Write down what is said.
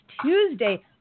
Tuesday